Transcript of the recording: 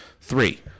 Three